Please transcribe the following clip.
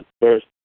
first